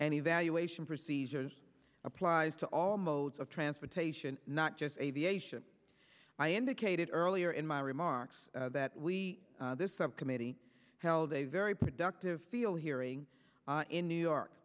and evaluation procedures applies to all modes of transportation not just aviation i indicated earlier in my remarks that we this subcommittee held a very productive feel hearing in new york